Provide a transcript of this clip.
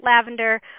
lavender